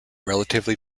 relatively